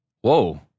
Whoa